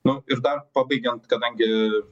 nu ir dar pabaigiant kadangi